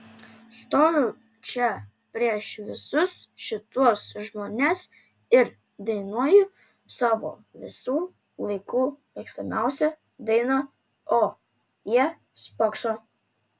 stoviu čia prieš visus šituos žmones ir dainuoju savo visų laikų mėgstamiausią dainą o jie spokso